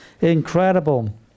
incredible